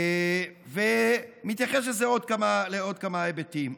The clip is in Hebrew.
הוא מתייחס לעוד כמה היבטים.